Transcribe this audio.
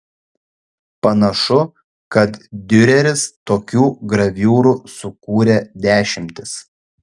panašu kad diureris tokių graviūrų sukūrė dešimtis